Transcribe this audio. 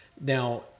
Now